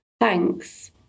thanks